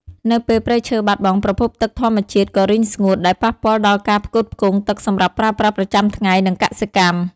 នៅពេលព្រៃឈើបាត់បង់ ប្រភពទឹកធម្មជាតិក៏រីងស្ងួត ដែលប៉ះពាល់ដល់ការផ្គត់ផ្គង់ទឹកសម្រាប់ប្រើប្រាស់ប្រចាំថ្ងៃ និងកសិកម្ម។